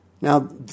Now